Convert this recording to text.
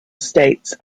states